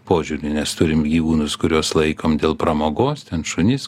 požiūriu nes turim gyvūnus kuriuos laikom dėl pramogos ten šunis